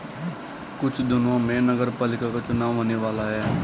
कुछ दिनों में नगरपालिका का चुनाव होने वाला है